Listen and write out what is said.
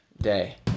day